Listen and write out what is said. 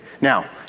Now